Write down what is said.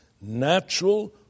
natural